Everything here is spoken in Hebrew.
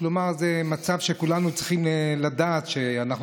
כלומר זה מצב שכולנו צריכים לדעת שאנחנו